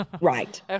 Right